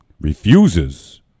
refuses